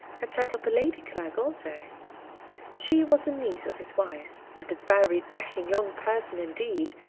had set up a lady clerk also she was a niece of his wife's and a very dashing young person indeed,